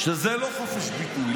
שזה לא חופש ביטוי.